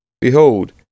Behold